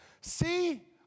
see